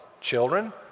children